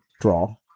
draw